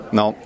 no